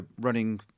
running